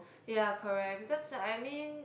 ya correct because I mean